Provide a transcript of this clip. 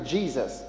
Jesus